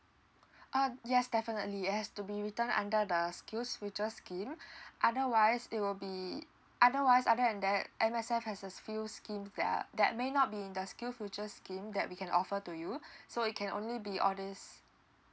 uh yes definitely it has to be written under the skills future scheme otherwise it will be otherwise other than that M_S_F has this few schemes that are that may not be in the skill future scheme that we can offer to you so it can only be all these